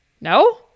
no